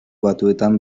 batuetako